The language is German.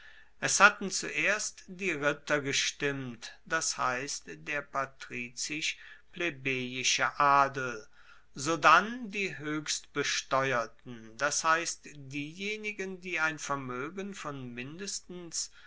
es hatten zuerst die ritter gestimmt das heisst der patrizisch plebejische adel sodann die hoechstbesteuerten das heisst diejenigen die ein vermoegen von mindestens